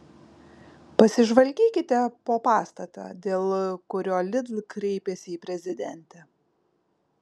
pasižvalgykite po pastatą dėl kurio lidl kreipėsi į prezidentę